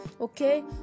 okay